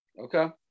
Okay